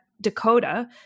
Dakota